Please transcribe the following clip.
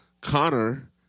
Connor